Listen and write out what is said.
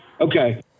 Okay